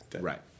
Right